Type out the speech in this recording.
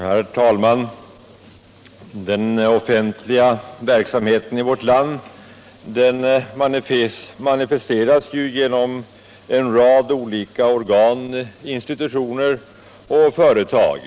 Herr talman! Den offentliga verksamheten i vårt land manifesteras genom en rad olika organ, institutioner och företag.